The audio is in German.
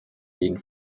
denen